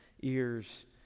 ears